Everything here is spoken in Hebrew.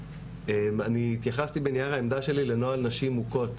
אני התייחסתי בעניין העמדה שלי לנוהל נשים מוכות,